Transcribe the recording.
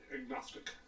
agnostic